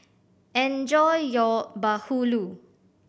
enjoy your bahulu